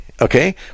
okay